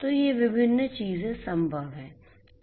तो ये विभिन्न चीजें संभव हैं